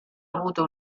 avuto